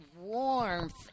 warmth